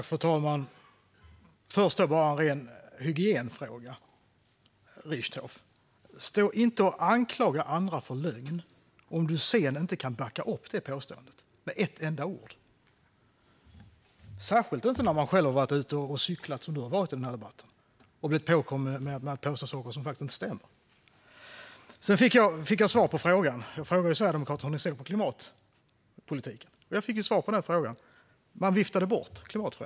Fru talman! Först vill jag ta upp en ren hygienfråga. Richtoff! Stå inte och anklaga andra att komma med lögner om du sedan inte kan backa upp ditt påstående med ett enda ord! Det gäller särskilt när man själv har varit ute och cyklat, som du har varit i denna debatt, och blivit påkommen med påståenden som faktiskt inte stämmer. Jag fick svar på min fråga. Jag ställde ju en fråga till Sverigedemokraterna om hur de ser på klimatpolitik. Jag fick svar på det: Klimatförändringarna viftades bort.